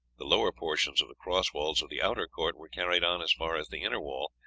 the lower portions of the cross walls of the outer court were carried on as far as the inner wall,